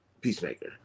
Peacemaker